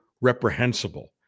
reprehensible